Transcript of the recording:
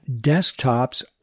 desktops